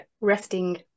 resting